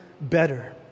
better